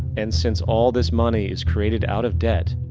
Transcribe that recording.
and, since all this money is created out of debt,